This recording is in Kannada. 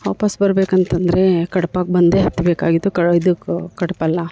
ವಾಪಸ್ ಬರ್ಬೇಕು ಅಂತ ಅಂದರೆ ಕಡ್ಪಗೆ ಬಂದೇ ಹತ್ತಬೇಕಾಗಿತ್ತು ಕ ಇದು ಕಡಪಲ್ಲ